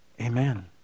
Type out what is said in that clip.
Amen